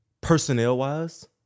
personnel-wise